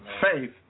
faith